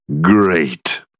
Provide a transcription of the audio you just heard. Great